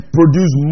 produce